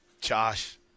Josh